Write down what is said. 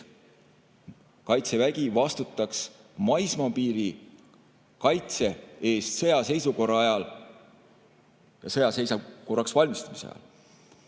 Kaitsevägi vastutaks maismaapiiri kaitse eest sõjaseisukorra ajal ja sõjaseisukorraks valmistumise ajal.